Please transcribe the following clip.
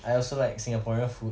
I also like singaporean food